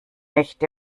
nicht